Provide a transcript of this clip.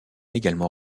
également